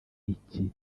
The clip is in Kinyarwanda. icyi